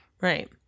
Right